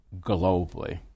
globally